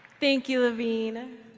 thank you, laveen.